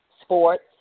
sports